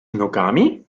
nogami